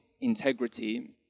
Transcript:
integrity